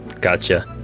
Gotcha